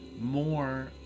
more